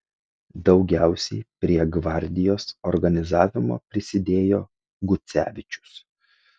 daugiausiai prie gvardijos organizavimo prisidėjo gucevičius